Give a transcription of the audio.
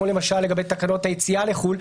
כמו למשל לגבי תקנות היציאה לחו"ל,